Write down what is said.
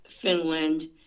Finland